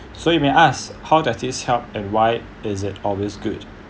so you may ask how does this help and why is it always good